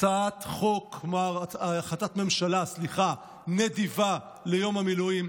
החלטת ממשלה נדיבה ליום המילואים,